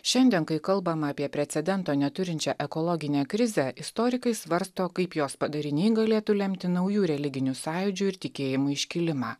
šiandien kai kalbama apie precedento neturinčią ekologinę krizę istorikai svarsto kaip jos padariniai galėtų lemti naujų religinių sąjūdžių ir tikėjimų iškilimą